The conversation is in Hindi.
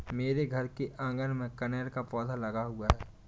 मेरे घर के आँगन में कनेर का पौधा लगा हुआ है